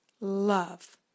love